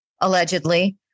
allegedly